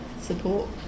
support